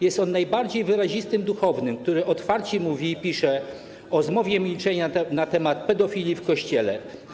Jest on najbardziej wyrazistym duchownym, który otwarcie mówi i pisze o zmowie milczenia na temat pedofilii w Kościele.